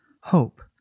hope